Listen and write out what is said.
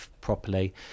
properly